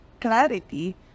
clarity